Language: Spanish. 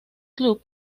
club